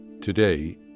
Today